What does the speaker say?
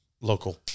Local